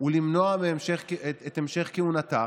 התנועה השקרנית הזאת,